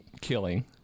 killing